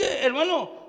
hermano